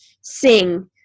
sing